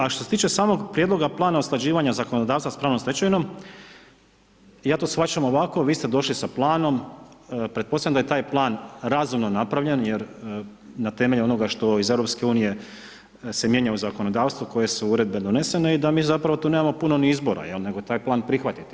A što se tiče samog Prijedloga plana usklađivanja zakonodavstva sa pravnom stečevinom, ja to shvaćam ovako, vi ste došli sa planom, pretpostavljam da je taj plan razumno napravljen jer na temelju onoga što iz EU se mijenja u zakonodavstvu, koje su uredbe donesene i da mi zapravo tu nemamo puno ni izbora nego taj plan prihvatiti.